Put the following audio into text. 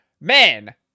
man